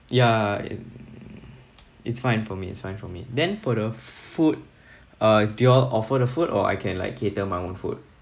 yeah and it's fine for me it's fine for me then for the food uh do you all offer the food or I can like cater my own food